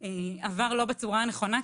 לא עבר בצורה הנכונה.